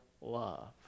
love